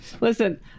Listen